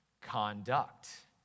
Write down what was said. conduct